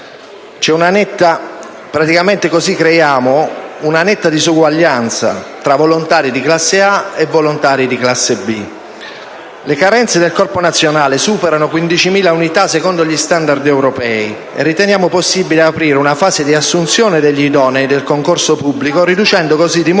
crea una netta disuguaglianza tra volontari di classe A e volontari di classe B. Le carenze del Corpo nazionale superano le 15.000 unità, secondo gli *standard* europei, quindi riteniamo possibile aprire una fase di assunzione degli idonei del concorso pubblico riducendo così di molto